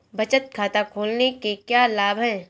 बचत खाता खोलने के क्या लाभ हैं?